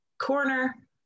corner